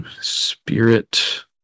spirit